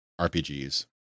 RPGs